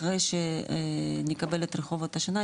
אחרי שנקבל את רחובות השנה,